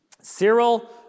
Cyril